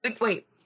Wait